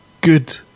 good